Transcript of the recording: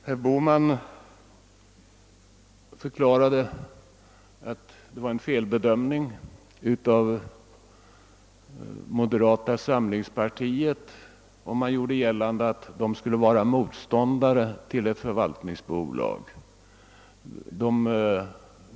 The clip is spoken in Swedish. Herr Bohman förklarade att det var en felbedömning att moderata samlingspartiet skulle vara motståndare till ett förvaltningsbolag.